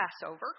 Passover